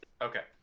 Okay